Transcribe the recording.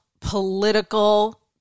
political